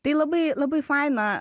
tai labai labai faina